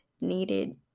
needed